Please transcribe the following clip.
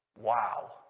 Wow